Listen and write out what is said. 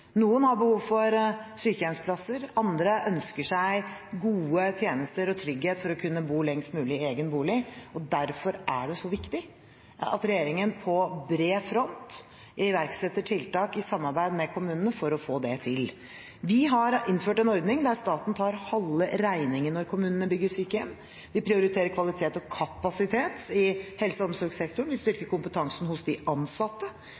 Noen har behov for sykehjemsplasser, andre ønsker seg gode tjenester og trygghet for å kunne bo lengst mulig i egen bolig. Derfor er det så viktig at regjeringen på bred front iverksetter tiltak i samarbeid med kommunene for å få det til. Vi har innført en ordning der staten tar halve regningen når kommunene bygger sykehjem. Vi prioriterer kvalitet og kapasitet i helse- og omsorgssektoren, vi styrker kompetansen hos de ansatte,